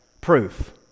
proof